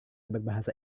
berbahasa